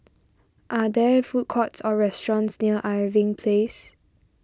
are there food courts or restaurants near Irving Place